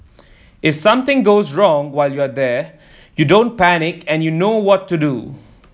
if something goes wrong while you're there you don't panic and you know what to do